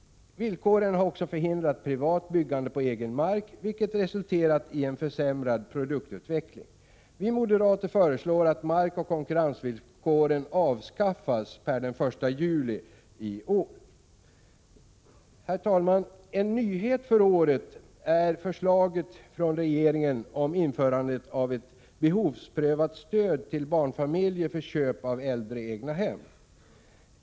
Villkoren har också förhindrat privat byggande på egen mark, vilket resulterat i en försämrad produktutveckling. Vi moderater föreslår att markoch konkurrensvillkoren avskaffas per den 1 juli i år. Herr talman! En nyhet för året är förslaget från regeringen om införandet av ett behovsprövat stöd till barnfamiljer för köp av äldre egnahem.